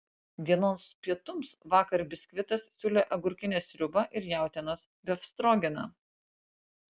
dienos pietums vakar biskvitas siūlė agurkinę sriubą ir jautienos befstrogeną